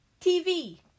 tv